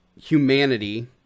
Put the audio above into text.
humanity